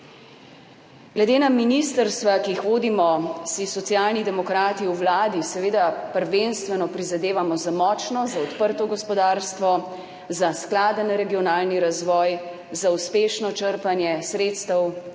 Glede na ministrstva, ki jih vodimo, si Socialni demokrati v vladi seveda prvenstveno prizadevamo za močno, odprto gospodarstvo, za skladen regionalni razvoj, uspešno črpanje sredstev